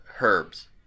herbs